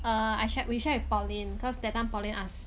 err I shar~ we share with pauline cause that time pauline ask